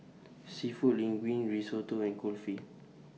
Seafood Linguine Risotto and Kulfi